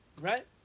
Right